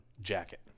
jacket